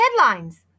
headlines